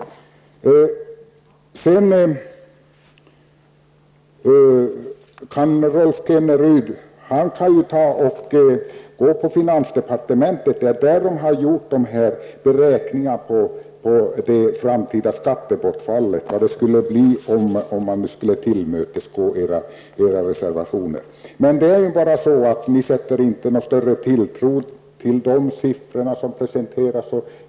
Rolf Kenneryd kan vända sig till finansdepartementet, där man har gjort beräkningar av det framtida skattebortfallet vid ett tillmötesgående av era reservationer. Ni sätter inte någon större tilltro till de siffror som presenteras.